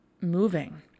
moving